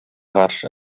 каршы